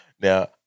Now